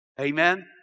Amen